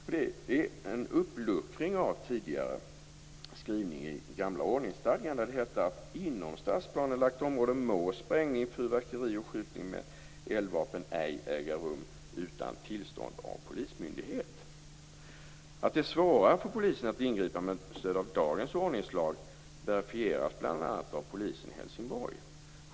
Det är en uppluckring av tidigare skrivning i gamla ordningsstadgan, där det hette att inom stadsplanelagt område må sprängning, fyrverkeri och skjutning med eldvapen ej äga rum utan tillstånd av polismyndighet. Att det är svårare för polisen att ingripa med stöd av dagens ordningslag verifieras bl.a. av polisen i Helsingborg.